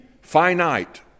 finite